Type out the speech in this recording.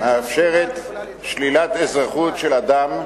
אפשר להעביר את השיחה, אדוני